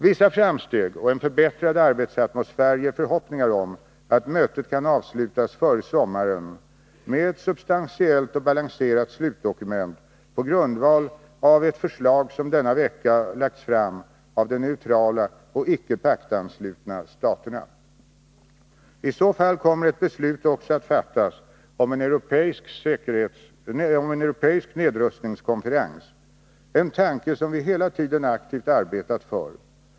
Vissa framsteg och en förbättrad arbetsatmosfär ger förhoppningar om att mötet kan avslutas före sommaren med ett substantiellt och balanserat slutdokument på grundval av ett förslag, som denna vecka framlagts av de neutrala och icke-paktanslutna staterna. I så fall kommer ett beslut också att fattas om en europeisk nedrustningskonferens, en tanke som vi hela tiden aktivt arbetat för.